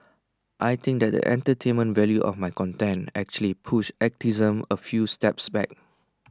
I think that the entertainment value of my content actually pushed activism A few steps back